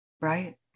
Right